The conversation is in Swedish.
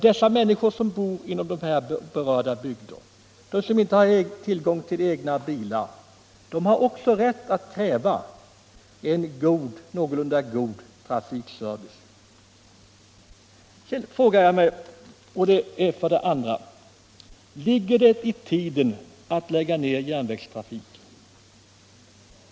De människor som bor inom de berörda bygderna och som inte har tillgång till egna bilar har också rätt att kräva en någorlunda god trafikservice. Sedan frågar jag mig: Ligger det i tiden att lägga ner järnvägstrafik?